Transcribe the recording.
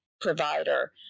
provider